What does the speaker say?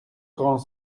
grands